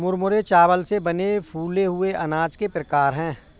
मुरमुरे चावल से बने फूले हुए अनाज के प्रकार है